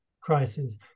crisis